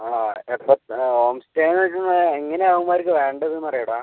ആണോ ആ ഹോം സ്റ്റേന്ന് വെച്ച് കഴിഞ്ഞാൽ എങ്ങനെയാണ് അവന്മാർക്ക് വേണ്ടതെന്ന് അറിയാമോടാ